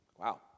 Wow